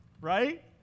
right